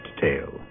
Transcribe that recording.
tale